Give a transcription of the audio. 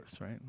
right